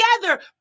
together